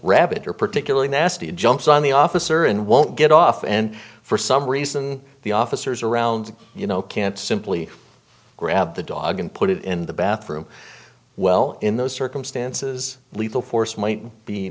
you're particularly nasty and jumps on the officer and won't get off and for some reason the officers around you know can't simply grab the dog and put it in the bathroom well in those circumstances lethal force might be